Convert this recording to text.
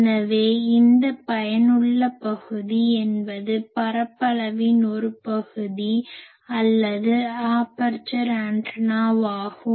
எனவே இந்த பயனுள்ள பகுதி என்பது பரப்பளவின் ஒரு பகுதி அல்லது ஆபர்சர் ஆண்டனாவாகும்